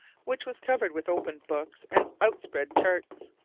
which was covered with open books and out-spread charts.